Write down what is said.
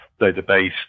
database